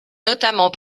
notamment